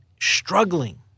struggling